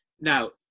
Now